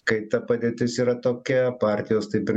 kai ta padėtis yra tokia partijos taip ir